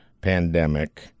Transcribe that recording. pandemic